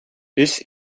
this